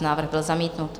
Návrh byl zamítnut.